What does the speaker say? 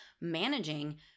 managing